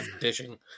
dishing